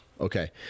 okay